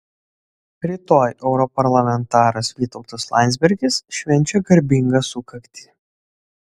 rytoj europarlamentaras vytautas landsbergis švenčia garbingą sukaktį